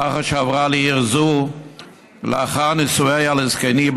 לאחר שעברה לעיר זו לאחר נישואיה לזקני,